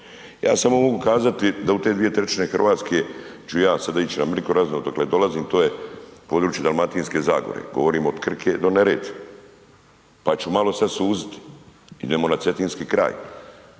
Ja samo mogu kazati da u te 2/3 Hrvatske ću ja sada ići na …/nerazumljivo/… odakle dolazim to je područje Dalmatinske zagore, govorim od Krke do Neretve. Pa ću malo sad suziti, idemo na Cetinski kraj.